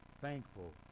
thankful